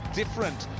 different